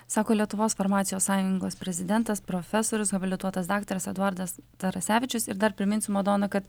sako lietuvos farmacijos sąjungos prezidentas profesorius habilituotas daktaras eduardas tarasevičius ir dar priminsiu madona kad